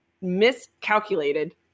miscalculated